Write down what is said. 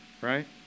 Right